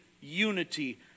unity